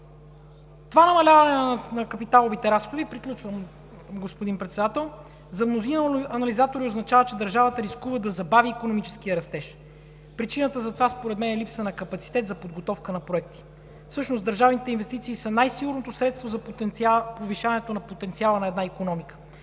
Това намаляване на капиталовите разходи за мнозина анализатори означава, че държавата рискува да забави икономическия растеж. Причината за това според мен е липса на капацитет за подготовка на проекти. Всъщност държавните инвестиции са най-сигурното средство за повишаване на потенциала на една икономика.